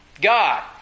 God